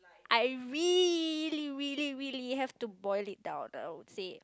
I really really really have to boil it down I would say